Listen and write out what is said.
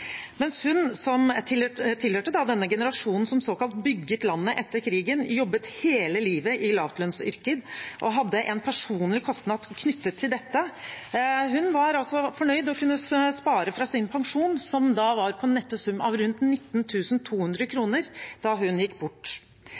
Mens hun, som tilhørte denne generasjonen som såkalt bygget landet etter krigen, jobbet hele livet i lavlønnsyrker og hadde en personlig kostnad knyttet til dette, var fornøyd og kunne spare fra sin pensjon – som da var på den netto sum av rundt 19 200 kr da hun gikk bort